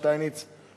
חברת הכנסת סתיו שפיר,